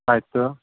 ಆಯ್ತು